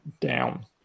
down